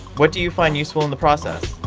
what do you find useful in the process?